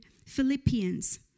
Philippians